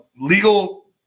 legal